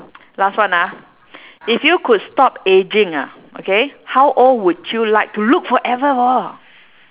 last one ah if you could stop ageing ah okay how old would you like to look forever [wor]